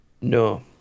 No